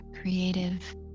creative